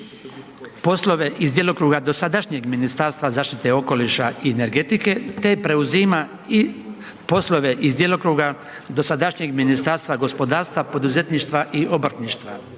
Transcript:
poslove iz djelokruga dosadašnjeg Ministarstva zaštite okoliša i energetike, te preuzima i poslove iz djelokruga dosadašnjeg Ministarstva gospodarstva, poduzetništva i obrtništva.